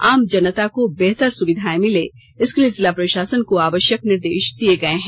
आम जनता को बेहतर सुविधाए मिले इसके लिए जिला प्रशासन को आवश्यक निर्देश दिए गए हैं